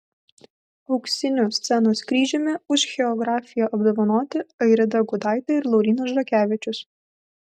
auksiniu scenos kryžiumi už choreografiją apdovanoti airida gudaitė ir laurynas žakevičius